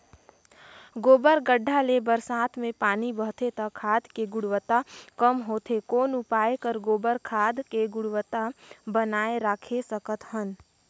गोबर गढ्ढा ले बरसात मे पानी बहथे त खाद के गुणवत्ता कम होथे कौन उपाय कर गोबर खाद के गुणवत्ता बनाय राखे सकत हन?